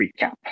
recap